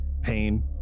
pain